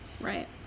right